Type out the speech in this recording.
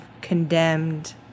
condemned